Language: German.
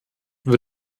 wird